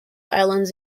islands